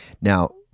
Now